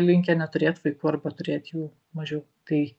linkę neturėt vaikų arba turėt jų mažiau tai